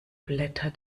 blätter